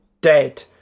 Dead